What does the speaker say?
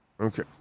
Okay